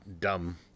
dumb